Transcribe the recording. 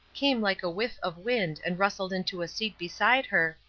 came like a whiff of wind and rustled into a seat beside her,